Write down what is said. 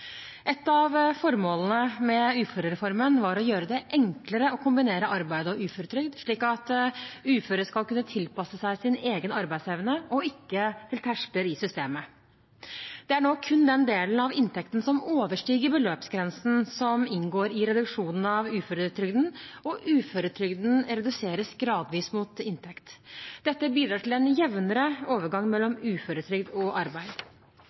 Et av formålene med uførereformen var å gjøre det enklere å kombinere arbeid og uføretrygd, slik at uføre skal kunne tilpasse seg sin egen arbeidsevne og ikke til terskler i systemet. Det er nå kun den delen av inntekten som overstiger beløpsgrensen, som inngår i reduksjonen av uføretrygden, og uføretrygden reduseres gradvis mot inntekt. Dette bidrar til en jevnere overgang mellom uføretrygd og arbeid.